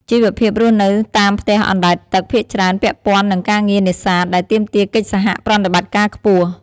ជីវភាពរស់នៅនៅតាមផ្ទះអណ្ដែតទឹកភាគច្រើនពាក់ព័ន្ធនឹងការងារនេសាទ ដែលទាមទារកិច្ចសហប្រតិបត្តិការខ្ពស់។